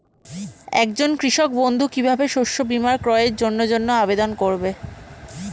একজন কৃষক বন্ধু কিভাবে শস্য বীমার ক্রয়ের জন্যজন্য আবেদন করবে?